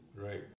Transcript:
right